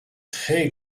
très